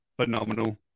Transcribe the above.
phenomenal